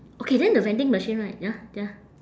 okay then the vending machine right ya ya